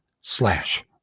slash